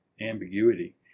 ambiguity